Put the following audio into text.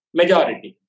majority